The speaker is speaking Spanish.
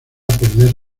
perder